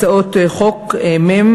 הצעות חוק מ/649.